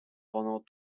pendant